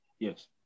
Yes